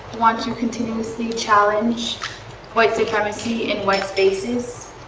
want to continuously challenge white supremacy in white spaces.